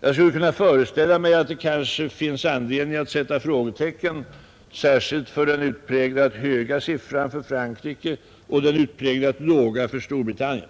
Jag skulle kunna föreställa mig att det kan finnas anledning att sätta frågetecken särskilt för den utpräglat höga siffran för Frankrike och den utpräglat låga för Storbritannien,